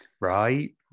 right